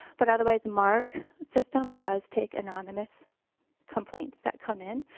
but otherwise mark system does take anonymous complaints that come in.